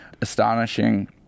astonishing